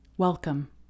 Welcome